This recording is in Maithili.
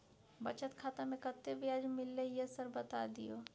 बचत खाता में कत्ते ब्याज मिलले ये सर बता दियो?